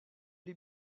les